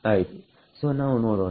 ಆಯಿತು ಸೋ ನಾವು ನೋಡೋಣ